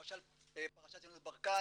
למשל פרשת יינות ברקן,